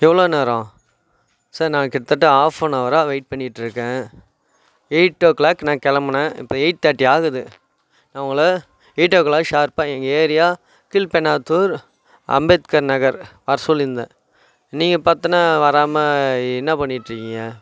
எவ்வளோ நேரம் சார் நான் கிட்டத்தட்ட ஆஃப்பனவராக வெயிட் பண்ணிகிட்ருக்கேன் எயிட் ஓ க்ளாக் நான் கிளம்புனேன் இப்போ எயிட் தேர்ட்டி ஆகுது நான் உங்களை எயிட் ஓ க்ளாக் ஷார்ப்பாக எங்கள் ஏரியா கீழ்பென்னாத்தூர் அம்பேத்கர் நகர் வர சொல்லியிருந்தேன் நீங்கள் பார்த்தின்னா வராமல் என்ன பண்ணிகிட்ருக்கீங்க